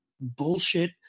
bullshit